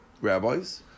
rabbis